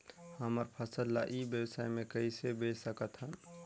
हमर फसल ल ई व्यवसाय मे कइसे बेच सकत हन?